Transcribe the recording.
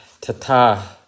Tata